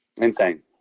insane